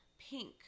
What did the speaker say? pink